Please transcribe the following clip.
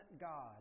God